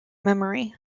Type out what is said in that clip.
memory